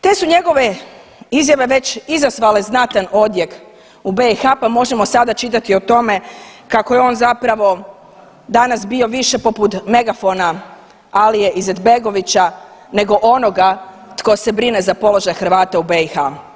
Te su njegove izjave već izazvale znatan odjek u BiH, pa možemo sada čitati o tome kako je on zapravo danas bio više poput megafona Alije Izetbegovića nego onoga tko se brine za položaj Hrvata u BiH.